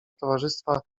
towarzystwa